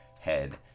head